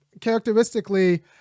characteristically